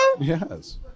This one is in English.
Yes